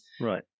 right